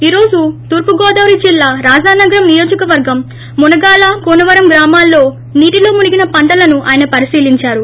ఈ రోజు తూర్పుగోదావరి జిల్లా రాజానగరం నియోజకవర్గం మునగాల కూనవరం గ్రామాల్లో నీటిలో మునిగిన పంటలను ఆయన పరిశీలిందారు